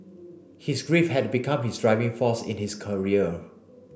his grief had become his driving force in his career